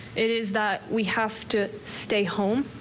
it is that we have to stay home.